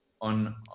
on